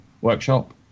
workshop